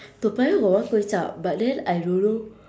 toa payoh got one kway chap but then I don't know